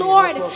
Lord